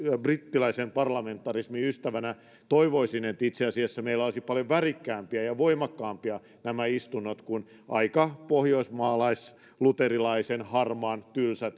brittiläisen parlamentarismin ystävänä toivoisin että meillä istunnot olisivat itse asiassa paljon värikkäämpiä ja voimakkaampia kuin nämä aika pohjoismaalais luterilaiset tylsänharmaat